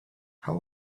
how